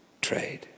Trade